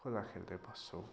खोला खेल्दै बस्छौँ